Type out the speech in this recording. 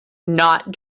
not